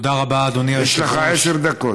יש לך עשר דקות.